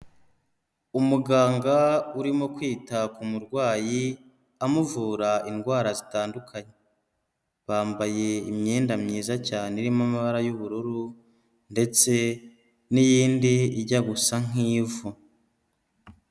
Umuganga urimo kwita ku murwayi, amuvura indwara zitandukanye, bambaye imyenda myiza cyane irimo amabara y'ubururu, ndetse n'iyindi ijya gusa nk'ivu.